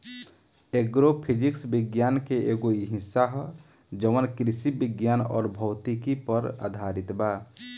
agro physics विज्ञान के एगो हिस्सा ह जवन कृषि विज्ञान अउर भौतिकी पर आधारित बा